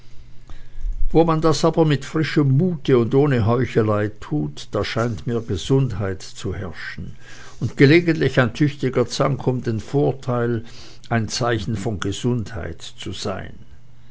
wo man das aber mit frischem mute und ohne heuchelei tut da scheint mir gesundheit zu herrschen und gelegentlich ein tüchtiger zank um den vorteil ein zeichen von gesundheit zu sein